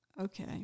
okay